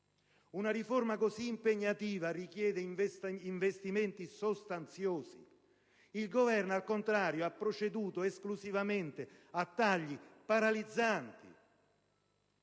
una riforma così impegnativa richiede investimenti sostanziosi. Il Governo, al contrario, ha proceduto esclusivamente a tagli paralizzanti.